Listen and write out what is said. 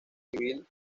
civil